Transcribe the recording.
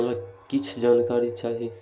हमरा कीछ जानकारी चाही